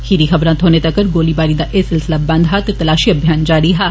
खीरी खबरां थ्होने तक्कर गोलीवारी दा सिलसिला बंद हा ते तलाशी अभियान जारी हा